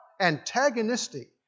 antagonistic